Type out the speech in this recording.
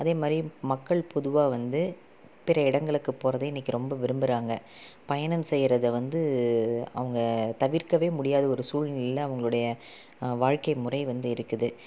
அதேமாதிரி மக்கள் பொதுவாக வந்து பிற இடங்களுக்கு போகறதே இன்னைக்கு ரொம்ப விரும்புறாங்க பயணம் செய்யறதை வந்து அவங்க தவிர்க்கவே முடியாது ஒரு சூழ்நிலையில் அவங்களுடைய வாழ்க்கை முறை வந்து இருக்குது